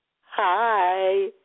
Hi